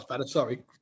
Sorry